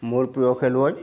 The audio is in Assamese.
মোৰ প্ৰিয় খেলুৱৈ